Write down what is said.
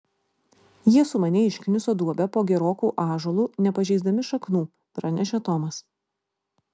jie sumaniai iškniso duobę po geroku ąžuolu nepažeisdami šaknų pranešė tomas